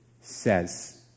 says